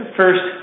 first